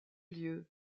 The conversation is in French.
lieux